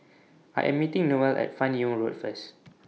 I Am meeting Noelle At fan Yoong Road First